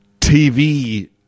TV